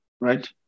right